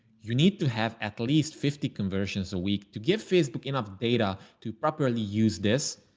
you need to have at least fifty conversions a week to give facebook enough data to properly use this.